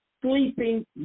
sleeping